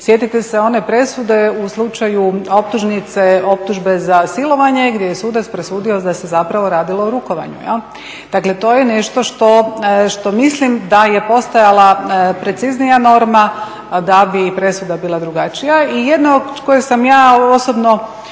sjetite se one presude u slučaju optužnice optužbe za silovanje gdje je sudac presudio da se zapravo radilo o rukovanju. Dakle to je nešto što mislim da je postojala preciznija norma da bi presuda bila drugačija. I jedna kojoj sam ja osobno